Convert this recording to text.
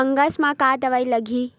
Fungus म का दवाई लगी?